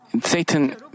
Satan